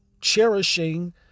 cherishing